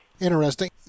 Interesting